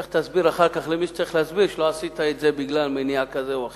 לך תסביר אחר כך למי שצריך להסביר שלא עשית את זה בגלל מניע כזה או אחר.